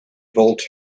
valued